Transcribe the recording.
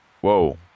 Whoa